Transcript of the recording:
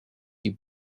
you